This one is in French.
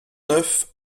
neuf